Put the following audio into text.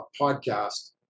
podcast